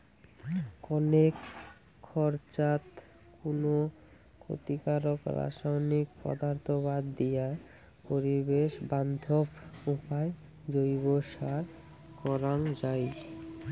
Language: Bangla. কণেক খরচাত কুনো ক্ষতিকারক রাসায়নিক পদার্থ বাদ দিয়া পরিবেশ বান্ধব উপায় জৈব সার করাং যাই